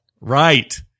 Right